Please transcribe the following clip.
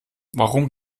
warum